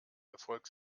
erfolg